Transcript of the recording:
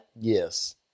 Yes